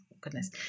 goodness